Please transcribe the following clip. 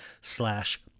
slash